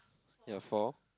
ya four